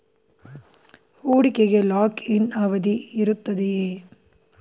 ಹೂಡಿಕೆಗೆ lock in ಅವಧಿ ಇರುತ್ತದೆಯೇ?